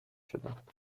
شدند